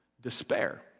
despair